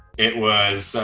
it was,